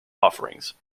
offerings